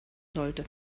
sollte